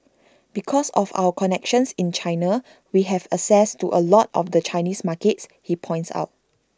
because of our connections in China we have access to A lot of the Chinese markets he points out